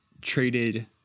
traded